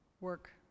work